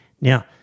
Now